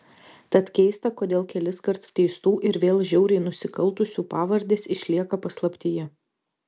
tad keista kodėl keliskart teistų ir vėl žiauriai nusikaltusių pavardės išlieka paslaptyje